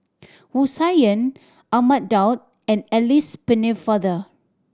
Wu Tsai Yen Ahmad Daud and Alice Pennefather